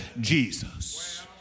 jesus